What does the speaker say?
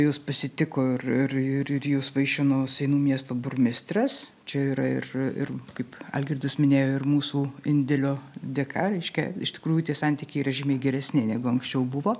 jus pasitiko ir ir ir jus vaišino seinų miesto burmistras čia yra ir ir kaip algirdas minėjo ir mūsų indėlio dėka reiškia iš tikrųjų tie santykiai yra žymiai geresni negu anksčiau buvo